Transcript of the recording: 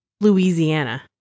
Louisiana